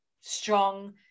strong